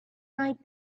night